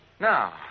Now